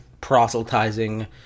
proselytizing